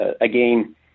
again